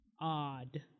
Odd